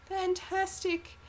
fantastic